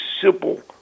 simple